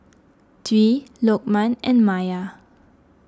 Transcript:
Dwi Lokman and Maya